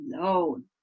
alone